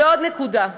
ועוד נקודה: